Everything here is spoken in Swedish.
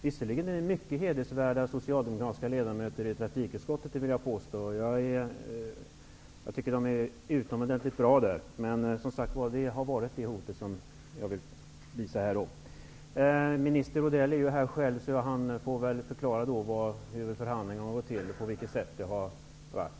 Visserligen finns det mycket hedersvärda socialdemokratiska ledamöter i trafikutskottet. Jag tycker att socialdemokraterna där är utomordentligt bra. Minister Odell är ju här. Han får väl förklara hur förhandlingarna har gått till och hur det har varit.